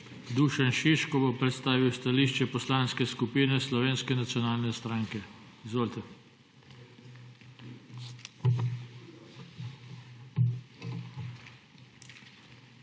Dušan Šiško bo predstavil stališče Poslanske skupine Slovenske nacionalne stranke. Izvolite.